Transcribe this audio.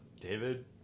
David